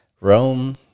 Rome